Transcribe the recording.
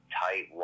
tight